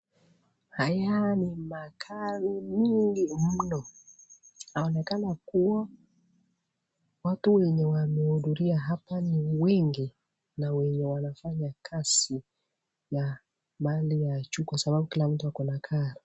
Haya ni magari mingi mno. Inaonekana kuwa watu wenye wamehuduria hapa ni wengi na wenye wanafanya kazi ya mahali ya juu kwa sababu kila mtu ako na gari.